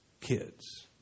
kids